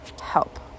Help